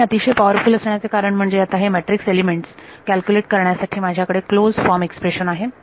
आणि हे अतिशय पॉवरफुल असण्याचे कारण म्हणजे आता हे मॅट्रिक्स एलिमेंट्स कॅल्क्युलेट करण्यासाठी माझ्याकडे क्लोज फॉर्म एक्सप्रेशन आहे